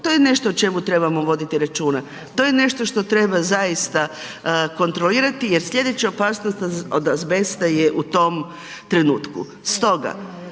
To je nešto o čemu trebamo voditi računa. To je nešto što treba zaista kontrolirati jer sljedeća opasnost od azbesta je u tom trenutku.